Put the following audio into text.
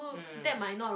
mm